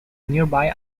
nearby